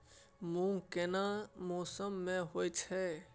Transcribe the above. मूंग केना मौसम में होय छै?